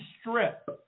strip